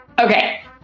Okay